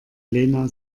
lena